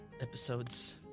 episodes